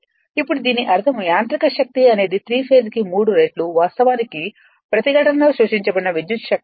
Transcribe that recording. ఇప్పుడు దీని అర్థంయాంత్రిక శక్తి అనేది త్రి ఫేస్ కి మూడు రెట్లు వాస్తవానికి ప్రతిఘటనలో శోషించబడిన విద్యుత్ శక్తి r2 1 S 1